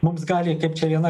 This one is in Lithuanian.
mums gali kaip čia viena